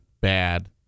bad